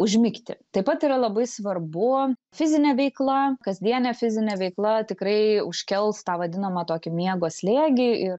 užmigti taip pat yra labai svarbu fizinė veikla kasdienė fizinė veikla tikrai užkels tą vadinamą tokį miego slėgį ir